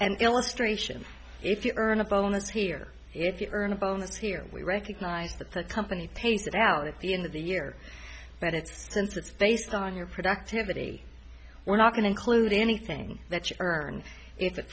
and illustration if you earn a bonus here if you earn a bonus here we recognize that the company pays that out at the end of the year but it's since it's based on your productivities we're not going to include anything that you earn if it